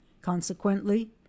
consequently